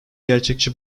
gerçekçi